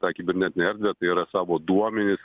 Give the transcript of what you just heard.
tą kibernetinę erdvę tai yra savo duomenis